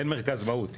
אין מרכז מהו"ת.